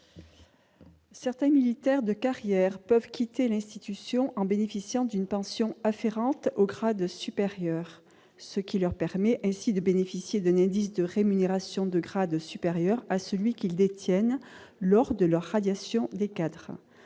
Certains militaires de carrière peuvent quitter l'institution en bénéficiant d'une pension afférente au grade supérieur, ce qui leur permet de disposer d'un indice de rémunération de grade supérieur à celui qu'ils détiennent lors de leur radiation des cadres.